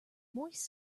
moist